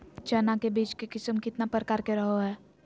चना के बीज के किस्म कितना प्रकार के रहो हय?